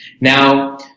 Now